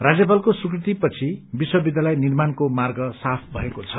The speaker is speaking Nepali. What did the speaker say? राज्यपालको स्वीकृति पछि विश्वविध्यालय निर्माणको र्माग साफ भएको छ